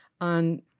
on